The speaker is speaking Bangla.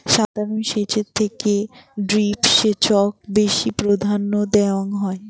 সাধারণ সেচের থেকে ড্রিপ সেচক বেশি প্রাধান্য দেওয়াং হই